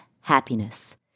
happiness